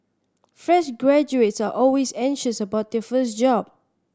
fresh graduates are always anxious about their first job